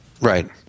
Right